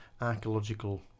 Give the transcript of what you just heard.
archaeological